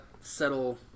settle